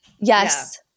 Yes